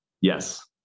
yes